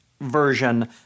version